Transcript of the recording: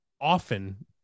often